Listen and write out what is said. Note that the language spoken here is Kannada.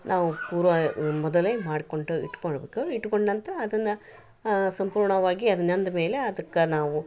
ನಾವು ಪೂರ್ವ ಮೊದಲೇ ಮಾಡ್ಕೊಂಡು ಇಟ್ಕೊಳ್ಳಬೇಕು ಇಟ್ಕೊಂಡ ನಂತರ ಅದನ್ನ ಸಂಪೂರ್ಣವಾಗಿ ಅದು ನೆಂದ ಮೇಲೆ ಅದಕ್ಕೆ ನಾವು